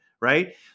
right